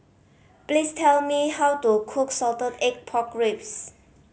please tell me how to cook salted egg pork ribs